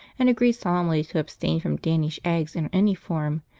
and agreed solemnly to abstain from danish eggs in any form,